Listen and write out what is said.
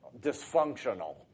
dysfunctional